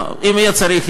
אם יהיה צריך,